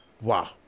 Wow